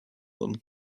them